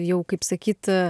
jau kaip sakyt